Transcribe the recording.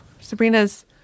Sabrina's